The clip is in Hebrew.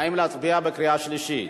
האם להצביע בקריאה שלישית?